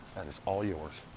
and is all yours.